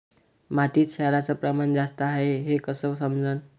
मातीत क्षाराचं प्रमान जास्त हाये हे कस समजन?